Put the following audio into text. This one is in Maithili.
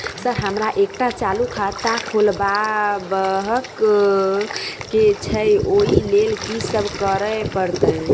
सर हमरा एकटा चालू खाता खोलबाबह केँ छै ओई लेल की सब करऽ परतै?